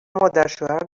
مادرشوهر